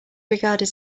regarded